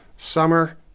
summer